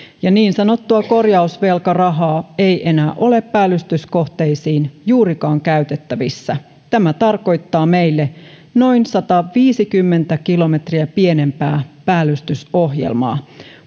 ja niin sanottua korjausvelkarahaa ei enää ole päällystyskohteisiin juurikaan käytettävissä tämä tarkoittaa meille noin sataviisikymmentä kilometriä pienempää päällystysohjelmaa